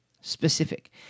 specific